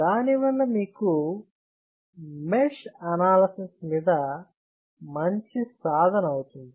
దానివల్ల మీకు mesh analysis మీద మంచి సాధన అవుతుంది